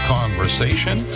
conversation